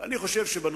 אני חושב שזה